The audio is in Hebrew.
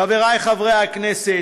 חברי חברי הכנסת,